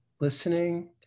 listening